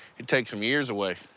it takes some years away.